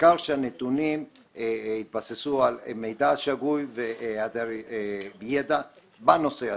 בעיקר כשהנתונים התבססו על מידע שגוי והיעדר ידע בנושא הזה.